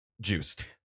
juiced